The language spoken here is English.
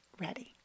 ready